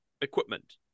equipment